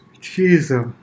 Jesus